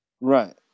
Right